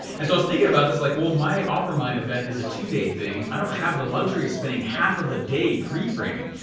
and so i was thinking about this, like well my offermind event is a two day thing, i don't have the luxury of spending half of a day pre-framing.